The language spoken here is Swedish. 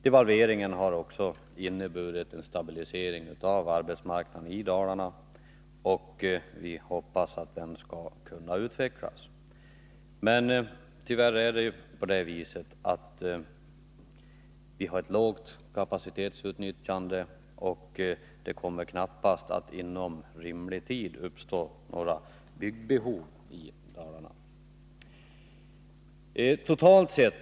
Devalveringen har också inneburit en stabilisering av arbetsmarknaden i Dalarna, och vi hoppas att det skall kunna ske en utveckling i detta hänseende. Men tyvärr är det så, att vi har ett lågt kapacitetsutnyttjande, och det kommer knappast att inom rimlig tid uppstå några byggbehov i Dalarna.